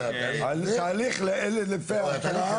מוציאים את ההיתרים, הם לא זה.